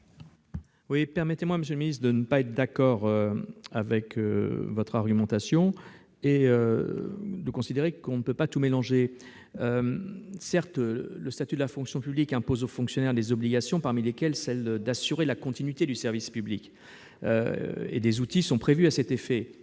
vote. Permettez-moi, monsieur le secrétaire d'État, de ne pas être d'accord avec votre argumentation. On ne peut pas tout mélanger : le statut de la fonction publique impose, certes, aux fonctionnaires des obligations, parmi lesquelles celle d'assurer la continuité du service public, et des outils sont prévus à cet effet.